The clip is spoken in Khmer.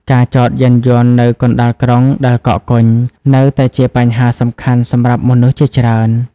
ការចតយានយន្តនៅកណ្តាលក្រុងដែលកកកុញ នៅតែជាបញ្ហាសំខាន់សម្រាប់មនុស្សជាច្រើន។